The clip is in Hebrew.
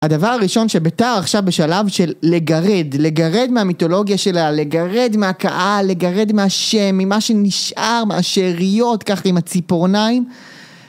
הדבר הראשון שבתא עכשיו בשלב של לגרד, לגרד מהמיתולוגיה שלה, לגרד מהקהל, לגרד מהשם, ממה שנשאר, מהשאריות, ככה עם הציפורניים